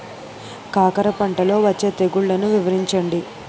కాకర పంటలో వచ్చే తెగుళ్లను వివరించండి?